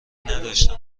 نداشتم